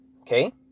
okay